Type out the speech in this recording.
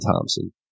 Thompson